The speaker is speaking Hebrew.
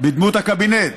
בדמות הקבינט?